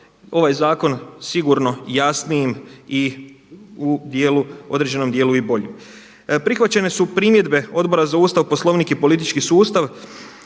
ovaj zakon sigurno jasnijim i u određenom dijelu i bolji. Prihvaćene su primjedbe Odbora za Ustav, Poslovnik i politički sustav